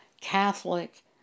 Catholic